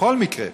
בכל מקרה,